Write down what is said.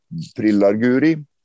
Prillarguri